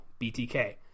BTK